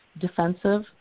defensive